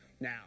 now